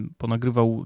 ponagrywał